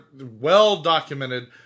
well-documented